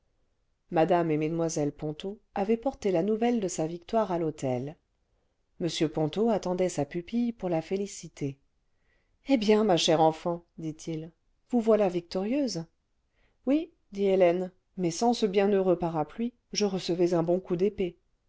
mme et mues ponto avaient porté la nouvelle de sa victoire à l'hôtel m ponto attendait sa pupille pour la féliciter eh bien ma chère enfant dit-il vous voilà donc victorieuse oui dit hélène mais sans ce bienheureux parapluie je recevais un bon coup d'épée